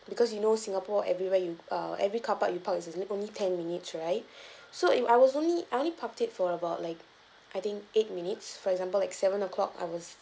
because you know singapore everywhere you err every carpark you park it is only ten minutes right so it I was only I only parked it for about like I think eight minutes for example like seven o'clock I was